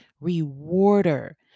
rewarder